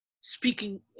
speaking